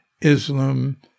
Islam